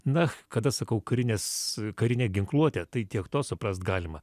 na kada sakau karines karinę ginkluotę tai tiek to suprast galima